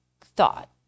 thought